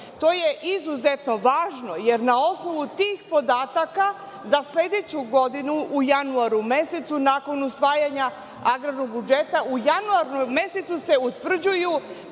To je izuzetno važno, jer na osnovu tih podataka za sledeću godinu u januaru mesecu, nakon usvajanja agrarnog budžeta, se utvrđuju